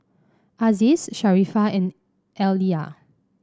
Aziz Sharifah and Alya